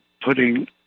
putting